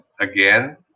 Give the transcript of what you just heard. again